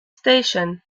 station